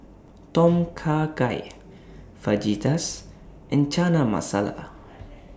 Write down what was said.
Tom Kha Gai Fajitas and Chana Masala